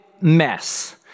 mess